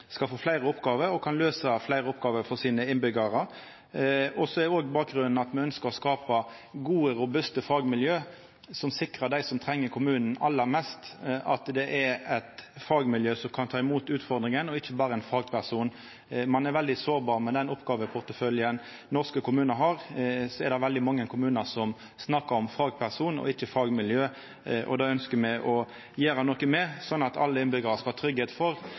skal skapa kommunar som skal få fleire oppgåver og kan løysa fleire oppgåver for sine innbyggjarar. Bakgrunnen er òg at me ønskjer å skapa gode, robuste fagmiljø, som sikrar at dei som treng kommunen aller mest, blir tekne imot av eit fagmiljø som kan ta imot utfordringa, og ikkje berre av ein fagperson. Ein er veldig sårbar med den oppgåveporteføljen norske kommunar har. Det er veldig mange kommunar som snakkar om fagpersonar og ikkje fagmiljø. Det ønskjer me å gjera noko med, slik at alle innbyggjarar skal